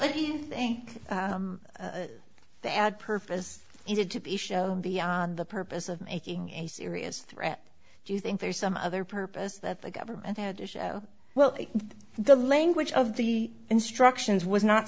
think the ad purpose it had to be shown beyond the purpose of making a serious threat do you think there's some other purpose that the government had to show well the language of the instructions was not